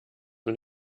mit